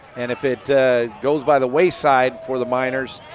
and if it goes by the wayside for the miners